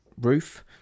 roof